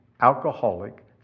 alcoholic